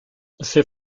ses